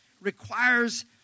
requires